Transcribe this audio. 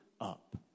up